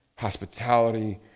hospitality